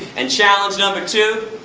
and challenge number two,